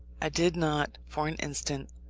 i did not, for an instant,